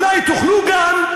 אולי תוכלו גם,